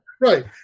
Right